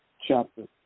chapter